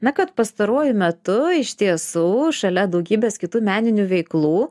na kad pastaruoju metu iš tiesų šalia daugybės kitų meninių veiklų